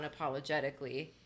unapologetically